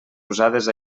usades